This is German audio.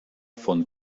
von